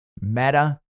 meta